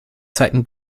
zeiten